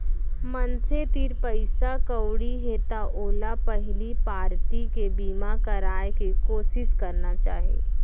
मनसे तीर पइसा कउड़ी हे त ओला पहिली पारटी के बीमा कराय के कोसिस करना चाही